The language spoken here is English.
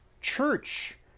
Church